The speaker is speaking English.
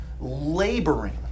laboring